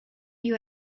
you